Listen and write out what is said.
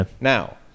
Now